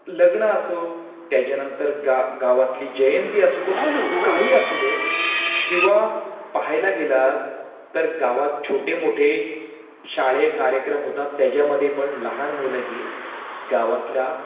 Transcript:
लग्न असो त्याच्यानंतर गा गावातली जयंती असू तो काही असू दे किंवा पहायला गेला आहात तर गावात छोटे मोठे शालेय कार्यक्रम होतात त्याच्यामध्ये पण लहान मुलंही गावातल्या